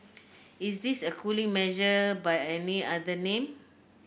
is this a cooling measure by any other name